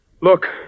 Look